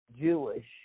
Jewish